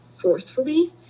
forcefully